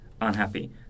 unhappy